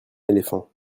éléphants